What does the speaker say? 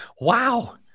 wow